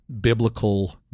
biblical